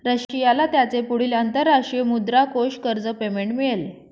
रशियाला त्याचे पुढील अंतरराष्ट्रीय मुद्रा कोष कर्ज पेमेंट मिळेल